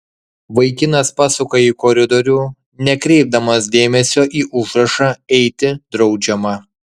vaikinas pasuka į koridorių nekreipdamas dėmesio į užrašą eiti draudžiama